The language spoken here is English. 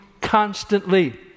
constantly